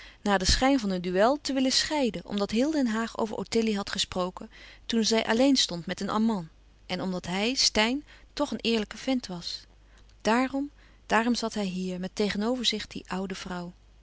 den schijn van een duel te willen scheiden omdat heel den haag over ottilie had gesproken toen zij alleen stond met een amant en omdat hij steyn tch een eerlijke vent was daarom daarom zat hij hier met tegenover zich die oude vrouw